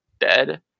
dead